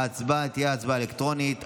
ההצבעה תהיה הצבעה אלקטרונית.